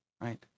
right